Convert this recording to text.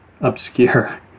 obscure